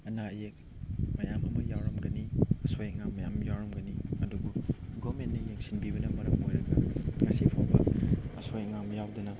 ꯑꯅꯥ ꯑꯌꯦꯛ ꯃꯌꯥꯝ ꯑꯃ ꯌꯥꯎꯔꯝꯒꯅꯤ ꯑꯁꯣꯏ ꯑꯉꯥꯝ ꯃꯌꯥꯝ ꯌꯥꯎꯔꯝꯒꯅꯤ ꯑꯗꯨꯕꯨ ꯒꯣꯕꯔꯃꯦꯟꯅ ꯌꯦꯡꯁꯤꯟꯕꯤꯕꯅ ꯃꯔꯝ ꯑꯣꯏꯔꯒ ꯉꯁꯤ ꯐꯥꯎꯕ ꯑꯁꯣꯏ ꯑꯉꯥꯝ ꯌꯥꯎꯗꯅ